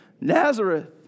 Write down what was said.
Nazareth